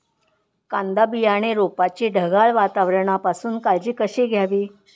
कांदा बियाणे रोपाची ढगाळ वातावरणापासून काळजी कशी घ्यावी?